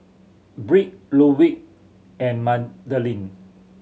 Britt Ludwig and Madilyn